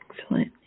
Excellent